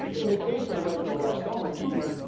in the case of the retinoblastoma tumor,